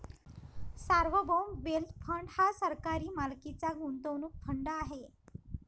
सार्वभौम wealth fund हा सरकारी मालकीचा गुंतवणूक फंड आहे